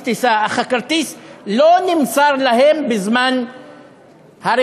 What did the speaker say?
טיסה אך הכרטיס לא נמסר להם בזמן הרכישה